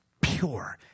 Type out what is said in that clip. pure